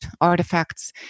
artifacts